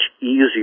easier